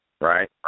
Right